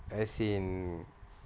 as in